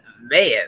Man